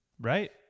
Right